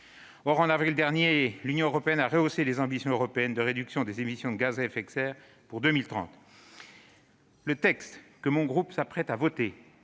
Or, en avril dernier, l'Union européenne a revu à la hausse les ambitions européennes de réduction des émissions de gaz à effet de serre pour 2030. Le texte que mon groupe s'apprête à voter